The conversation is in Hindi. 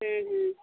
हम्म हम्म